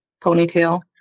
Ponytail